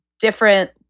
different